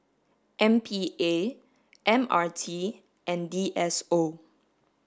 M P A M R T and D S O